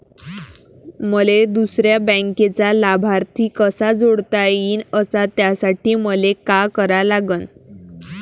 मले दुसऱ्या बँकेचा लाभार्थी कसा जोडता येईन, अस त्यासाठी मले का करा लागन?